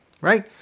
Right